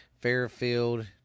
Fairfield